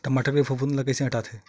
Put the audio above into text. टमाटर के फफूंद ल कइसे हटाथे?